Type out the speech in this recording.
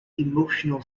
emotional